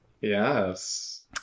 Yes